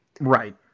Right